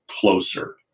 closer